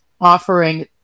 offering